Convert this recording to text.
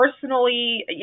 personally